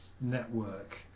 network